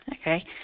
Okay